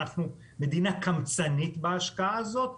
אנחנו מדינה קמצנית בהשקעה הזאת,